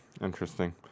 Interesting